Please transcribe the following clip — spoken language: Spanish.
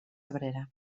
obrera